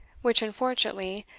which, unfortunately,